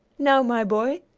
now, my boy,